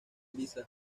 lisa